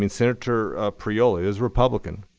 and senator priola is republican,